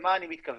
למה אני מתכוון?